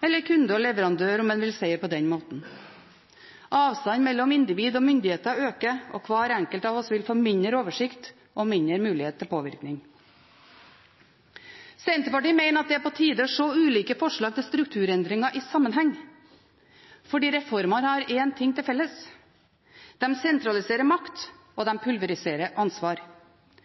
eller mellom kunder og leverandører, om en vil si det på den måten. Avstanden mellom individ og myndigheter øker, og hver enkelt av oss vil få mindre oversikt og mindre mulighet til påvirkning. Senterpartiet mener at det er på tide å se ulike forslag til strukturendringer i sammenheng, for reformene har én ting til felles: De sentraliserer makt, og de pulveriserer ansvar.